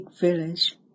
Village